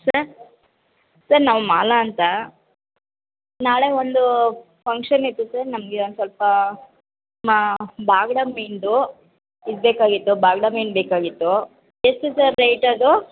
sir sir ನಾನು ಮಾಲಾ ಅಂತ ನಾಳೆ ಒಂದು ಫಂಕ್ಷನಿತ್ತು ಸರ್ ನಮಗೆ ಒಂದು ಸ್ವಲ್ಪ ಮಾ ಬಾಂಗ್ಡಾ ಮೀನ್ದು ಇದು ಬೇಕಾಗಿತ್ತು ಬಾಂಗ್ಡಾ ಮೀನು ಬೇಕಾಗಿತ್ತು ಎಷ್ಟು ಸರ್ ರೇಟ್ ಅದು